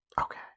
okay